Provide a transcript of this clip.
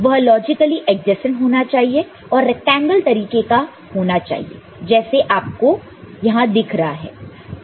वह logically adjacent होना चाहिए और रैक्टेंगल तरीके का होना चाहिए जैसे आपको यहां दिख रहा है